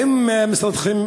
האם משרדכם